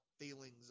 feelings